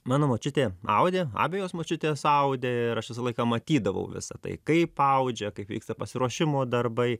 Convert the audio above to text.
mano močiutė audė abejos močiutės audė ir aš visą laiką matydavau visą tai kaip audžia kaip vyksta pasiruošimo darbai